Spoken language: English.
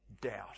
doubt